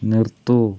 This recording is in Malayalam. നിർത്തൂ